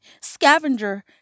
scavenger